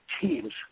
teams